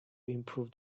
improve